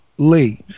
Lee